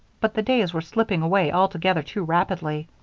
but the days were slipping away altogether too rapidly.